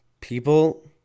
People